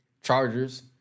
Chargers